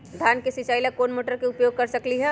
धान के सिचाई ला कोंन मोटर के उपयोग कर सकली ह?